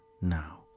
now